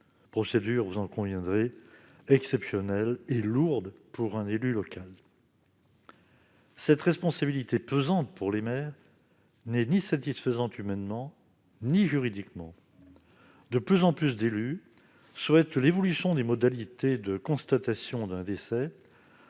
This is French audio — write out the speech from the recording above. procédure exceptionnelle et lourde pour un élu local. Cette responsabilité pesante pour les maires n'est satisfaisante ni humainement ni juridiquement. De plus en plus d'élus souhaitent l'évolution des modalités de constatation d'un décès